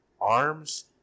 ARMS